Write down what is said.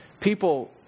people